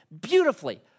beautifully